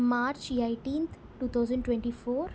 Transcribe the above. March eighteenth two thousand twenty four